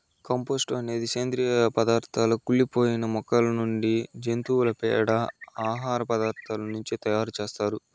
compost అనేది సేంద్రీయ పదార్థాల కుళ్ళి పోయిన మొక్కల నుంచి, జంతువుల పేడ, ఆహార పదార్థాల నుంచి తయారు చేత్తారు